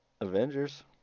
avengers